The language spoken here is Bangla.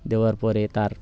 দেওয়ার পরে তার